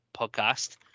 podcast